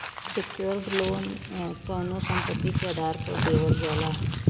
secured loan कउनो संपत्ति के आधार पर देवल जाला